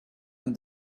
and